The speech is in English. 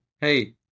hey